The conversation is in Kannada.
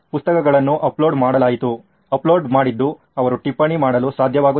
ಪುಸ್ತಕಗಳನ್ನು ಅಪ್ಲೋಡ್ ಮಾಡಲಾಯಿತು ಅಪ್ಲೋಡ್ ಮಾಡಿದ್ದು ಅವರು ಟಿಪ್ಪಣಿ ಮಾಡಲು ಸಾಧ್ಯವಾಗುತ್ತದೆ